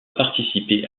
participer